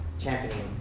championing